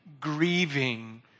grieving